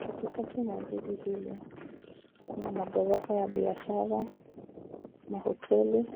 Katikati mwa jiji hili, kuna maghorofa ya biashara, mahoteli